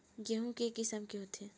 गेहूं के किसम के होथे?